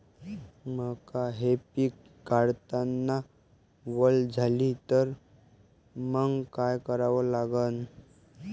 मका हे पिक काढतांना वल झाले तर मंग काय करावं लागन?